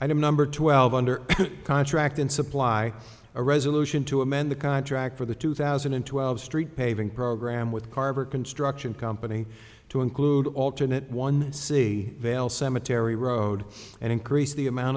item number twelve under contract and supply a resolution to amend the contract for the two thousand and twelve street paving programme with carver construction company to include alternate one c vale cemetery road and increase the amount